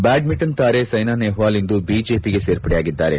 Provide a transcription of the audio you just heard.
ಬ್ಧಾಡ್ಜಿಂಟನ್ ತಾರೆ ಸೈನಾ ನೆಹ್ವಾಲ್ ಇಂದು ಬಿಜೆಪಿಗೆ ಸೇರ್ಪಡೆಯಾಗಿದ್ದಾರೆ